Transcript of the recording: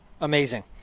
amazing